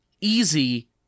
easy